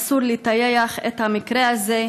אסור לטייח את המקרה הזה,